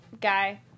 guy